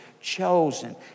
chosen